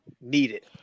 needed